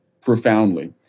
profoundly